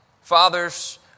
fathers